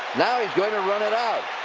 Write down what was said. now he's going to run it out.